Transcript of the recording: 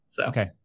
Okay